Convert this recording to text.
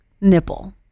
nipple